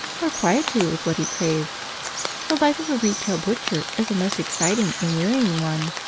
more quietude was what he craved. the life of a retail butcher is a most exciting and wearying one.